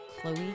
Chloe